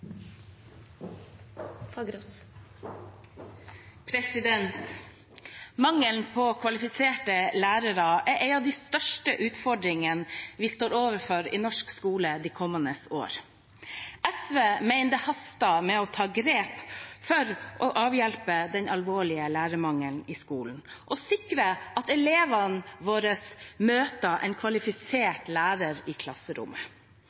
norsk skole de kommende årene. SV mener det haster med å ta grep for å avhjelpe den alvorlige lærermangelen i skolen og sikre at elevene våre møter en kvalifisert lærer i klasserommet.